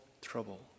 trouble